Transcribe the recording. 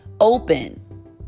open